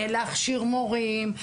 להכשיר מורים.